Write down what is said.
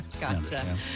Gotcha